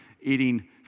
eating